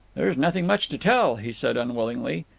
there's nothing much to tell, he said unwillingly.